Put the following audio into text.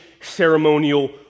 ceremonial